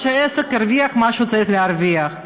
שהעסק ירוויח מה שהוא צריך להרוויח,